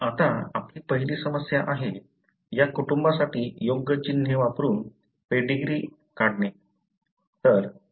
आता आपली पहिली समस्या आहे या कुटुंबासाठी योग्य चिन्हे वापरून पेडीग्री काढा